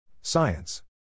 Science